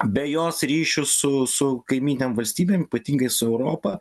be jos ryšių su su kaimyninėm valstybėm ypatingai su europa